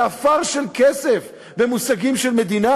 זה עפר של כסף במושגים של מדינה.